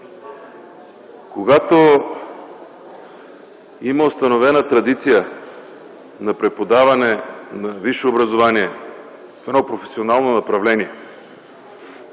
Когато има установена традиция на преподаване на висши образования в едно професионално направление,